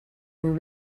were